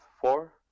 four